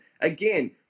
Again